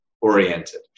oriented